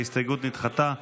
ההסתייגות נדחתה.